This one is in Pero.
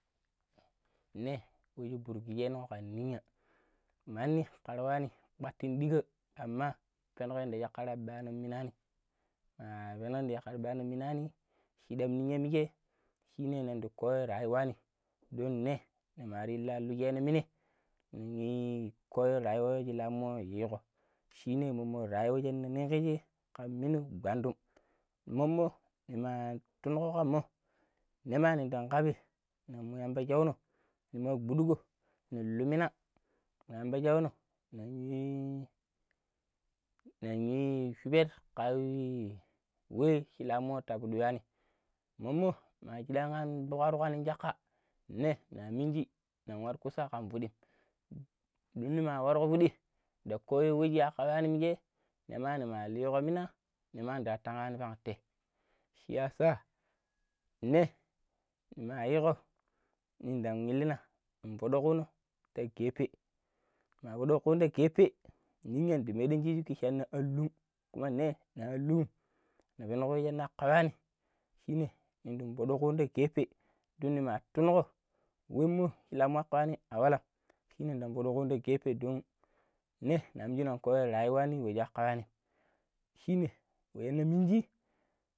﻿ne kuri kurkujego kan ninya, manni kariwani matin ɗiga aman kanunjɗikon ɓaram yuwani nabenom ka ɓaram yuwani shidan muyan muje shindi koko kin rayuwani duin ne nemaruillalo germomine koko kin rayuwani moi yigo shine mamano rayuwanine kayingashe minu gwandum mommo yuna chunashigumommo nima digan daɓi namiyamba jauno tumobiɗigo ne lumina na yamba jagono nanyui nanyui shubeg we shi lamota madigwani mommo madijuani majibiborok kin jani jakane naminji nawarukusan kan budem niruwalmagɓuɗe ɗauko guji yakaɓani minje ne manu ma yalkomina ne manni de tang anjuwangte shiyasa ne mayibo ndangiyilina muduphono te gefe maruwando gefe niyan dinmingikichani alum kuma ne na alumu ne ɓegeno kin yakkobani shine yundi gundei ti gefe duni ma tinugu wemu lana kam kwauni awalam shine donbogoron gefe don ne naminjine kuriwan rayuwanim wujak kayanim shine yawinye minji.